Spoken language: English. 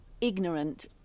ignorant